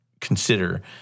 consider